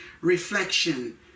Reflection